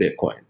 Bitcoin